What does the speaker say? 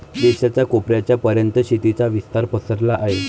देशाच्या कोपऱ्या पर्यंत शेतीचा विस्तार पसरला आहे